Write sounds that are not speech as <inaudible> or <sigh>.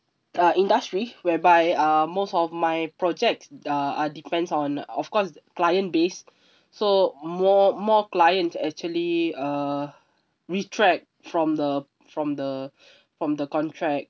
the industry whereby uh most of my project uh are depends on of course client base <breath> so more more client actually uh retract from the from the <breath> from the contract